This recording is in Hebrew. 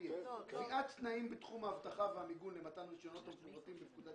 "קביעת תנאים בתחום האבטחה והמיגון למתן רישיונות המפורטים בפקודת